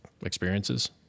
experiences